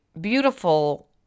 beautiful